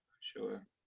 sure